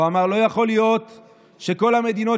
הוא אמר: לא יכול להיות שכל המדיניות